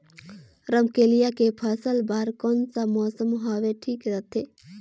रमकेलिया के फसल बार कोन सा मौसम हवे ठीक रथे?